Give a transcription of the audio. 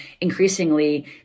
increasingly